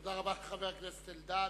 תודה רבה, חבר הכנסת אלדד.